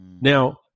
Now